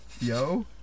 Yo